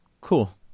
Cool